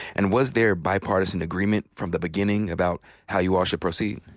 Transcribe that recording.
and was there bipartisan agreement from the beginning about how you all should proceed?